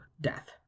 death